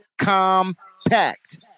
compact